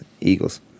Eagles